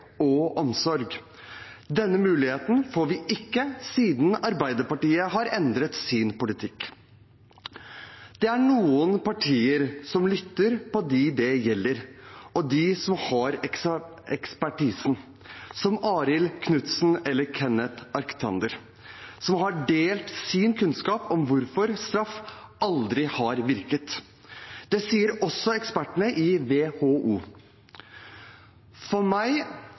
og omsorg. Denne muligheten får vi ikke, siden Arbeiderpartiet har endret sin politikk. Det er noen partier som lytter til dem det gjelder, og til dem som har ekspertisen, som Arild Knutsen eller Kenneth Arctander Johansen, som har delt sin kunnskap om hvorfor straff aldri har virket. Det sier også ekspertene i WHO. For meg